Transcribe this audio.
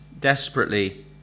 desperately